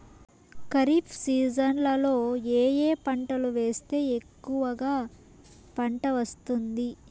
ఖరీఫ్ సీజన్లలో ఏ ఏ పంటలు వేస్తే ఎక్కువగా పంట వస్తుంది?